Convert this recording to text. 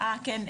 אה סליחה כן?